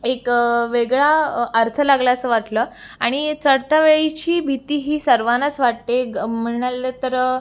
एक वेगळा अर्थ लागला आहे असं वाटलं आणि चढतावेळीची भीती ही सर्वांनाच वाटते ग म्हणालं तर